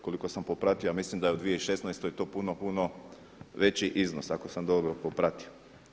Koliko sam pratio mislim da je u 2016. to puno, puno veći iznos, ako sam dobro popratio.